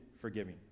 forgiving